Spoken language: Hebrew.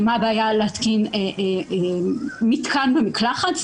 מה הבעיה להתקין מתקן במקלחת?